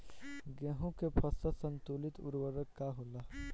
गेहूं के फसल संतुलित उर्वरक का होला?